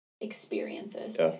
experiences